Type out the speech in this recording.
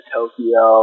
Tokyo